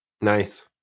Nice